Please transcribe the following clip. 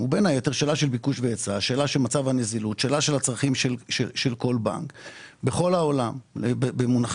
הגיע ל-84% בדצמבר 2022. בשקף